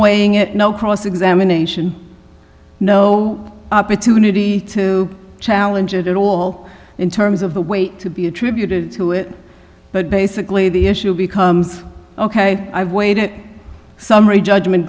weighing it no cross examination no opportunity to challenge it at all in terms of the weight to be attributed to it but basically the issue becomes ok i've waited summary judgment